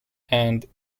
and